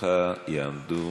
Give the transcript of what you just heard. לרשותך יעמדו,